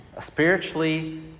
spiritually